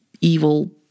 evil